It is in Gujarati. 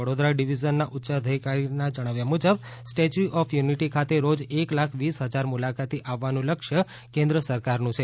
વડોદરા ડિવિઝનના ઉચ્યાધિકારીનાં જણાવ્યા મુજબ સ્ટેચયુ ઓફ યુનિટી ખાતે રોજ એક લાખ વીસ હજાર મુલાકાતી આવવાનું લક્ષ્ય કેન્દ્ર સરકારનું છે